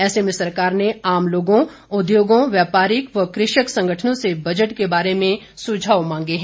ऐसे में सरकार ने आम लोगों उद्योगों व्यापारिक व कृषक संगठनों से बजट के बारे में सुझाव मांगे हैं